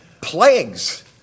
plagues